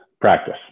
practice